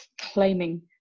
claiming